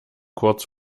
kurz